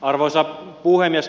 arvoisa puhemies